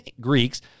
Greeks